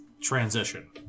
transition